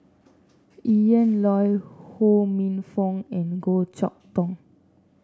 Ian Loy Ho Minfong and Goh Chok Tong